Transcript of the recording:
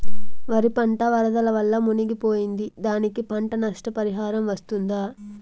వరి పంట వరదల వల్ల మునిగి పోయింది, దానికి పంట నష్ట పరిహారం వస్తుందా?